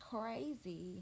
crazy